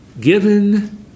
Given